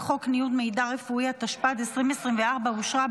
חבר הכנסת אחמד טיבי וארז מלול,